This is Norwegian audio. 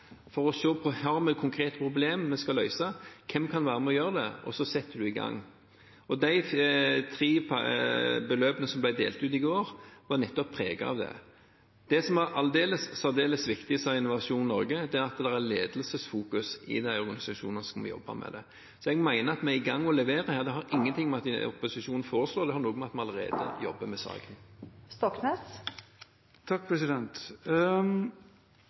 for å se på: Har vi konkrete problemer vi skal løse? Hvem kan være med og gjøre det? Og så setter en i gang. De tre beløpene som ble delt ut i går, var preget av nettopp det. Det som er særdeles viktig, sier Innovasjon Norge, er at det er ledelsesfokusering i de organisasjonene som jobber med det. Jeg mener at vi er i gang med å levere her. Det har ingenting å gjøre med at opposisjonen foreslår det, det har å gjøre med at vi allerede jobber med